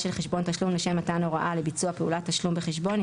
אל חשבון תשלום לשם מתן הוראה לביצוע פעולת תשלום בחשבון,